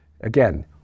Again